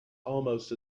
almost